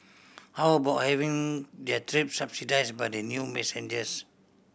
how about having their trip subsidise by the new passenger